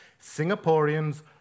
Singaporeans